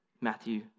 Matthew